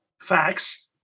facts